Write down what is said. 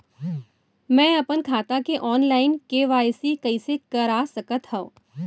मैं अपन खाता के ऑनलाइन के.वाई.सी कइसे करा सकत हव?